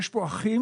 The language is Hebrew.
יש כאן אחים.